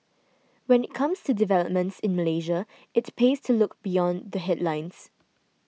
when it comes to developments in Malaysia it pays to look beyond the headlines